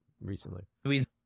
Recently